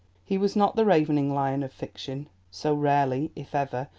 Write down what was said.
he was not the ravening lion of fiction so rarely, if ever,